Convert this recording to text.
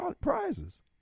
prizes